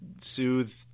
soothe